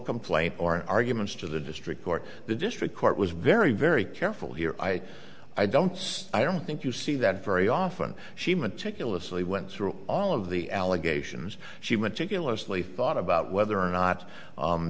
complaint or arguments to the district court the district court was very very careful here i i don't still don't think you see that very often she meticulously went through all of the allegations she meticulously thought about whether or not